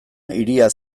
hiria